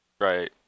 Right